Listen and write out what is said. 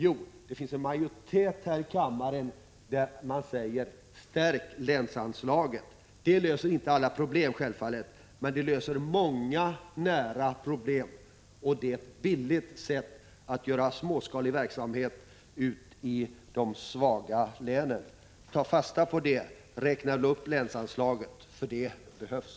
Jo, det finns en majoritet här i kammaren som säger: Stärk länsanslagen! Det löser självfallet inte alla problem, men det löser många nära problem. Det är ett billigt sätt att föra småskalig verksamhet ut till de svaga länen. Ta fasta på det och räkna upp länsanslagen! Det behövs.